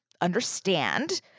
understand